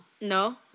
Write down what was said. No